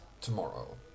tomorrow